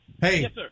Hey